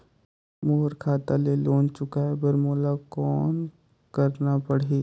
मोर खाता ले लोन चुकाय बर मोला कौन करना पड़ही?